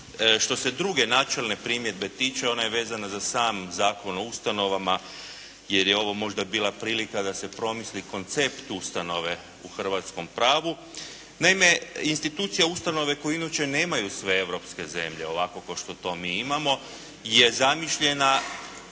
Što se druge načelne primjedbe tiče, ona je vezana za sam Zakon o ustanovama, jer je ovo možda bila prilika da se promisli koncept ustanove u hrvatskom pravu. Naime, institucija ustanove koju inače nemaju sve europske zemlje, ovako kao što to mi imamo je zamišljena